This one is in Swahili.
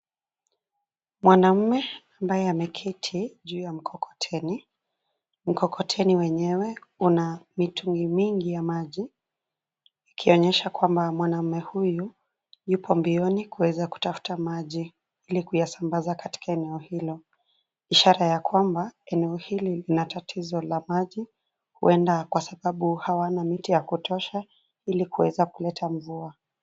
Mwanamume ambaye ameketi juu ya mkokoteni. Mkokoteni wenyewe una mitungi mingi ya maji, ikionyesha kwamba mwanamume huyu, yupo mbioni kuweza kutafuta maji, ili kuyasambaza katika eneo hilo, ishara ya kwamba eneo hili lina tatizo la maji, huenda kwa sababu hawana miti ya kutosha ili kuweza kuleta mvua.